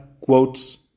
quotes